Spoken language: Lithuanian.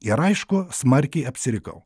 ir aišku smarkiai apsirikau